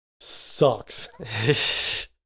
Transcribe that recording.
sucks